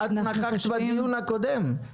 מטפל בכלבים שעובד מול עיריית קריית שמונה,